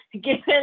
Given